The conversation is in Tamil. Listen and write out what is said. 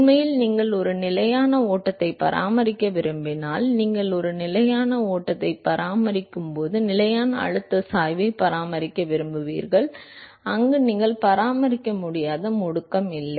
உண்மையில் நீங்கள் ஒரு நிலையான ஓட்டத்தை பராமரிக்க விரும்பினால் சரி நீங்கள் ஒரு நிலையான ஓட்டத்தை பராமரிக்க விரும்பினால் நீங்கள் ஒரு நிலையான அழுத்த சாய்வை பராமரிக்க விரும்புகிறீர்கள் அங்கு நீங்கள் பராமரிக்காத முடுக்கம் இல்லை